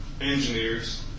engineers